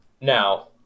Now